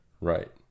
Right